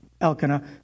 Elkanah